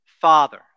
Father